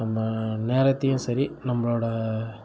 நம்ம நேரத்தையும் சரி நம்மளோடய